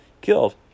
killed